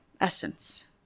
essence